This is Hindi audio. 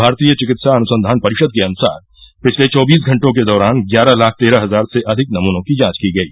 भारतीय चिकित्सा अनुसंघान परिषद के अनुसार पिछले चौबीस घंटों के दौरान ग्यारह लाख तेरह हजार से अधिक नमूनों की जांच की गई